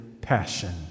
passion